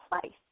place